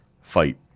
fight